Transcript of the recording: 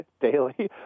daily